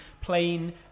Plain